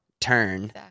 turn